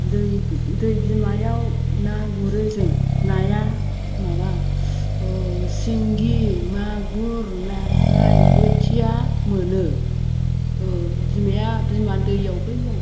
दै दै बिमायाव ना गुरो जों नाया माबा सिंगि मागुर नास्राय बोथिया मोनो बिमाया बिमा दैयाव बैयाव